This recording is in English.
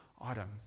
Autumn